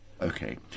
okay